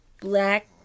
black